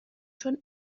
چون